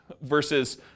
Versus